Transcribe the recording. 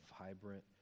vibrant